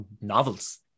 novels